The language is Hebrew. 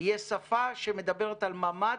יהיה שפה שמדברת על ממ"ד